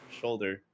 shoulder